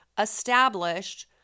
established